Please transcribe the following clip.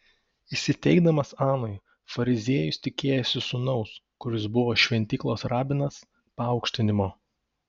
įsiteikdamas anui fariziejus tikėjosi sūnaus kuris buvo šventyklos rabinas paaukštinimo